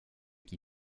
qui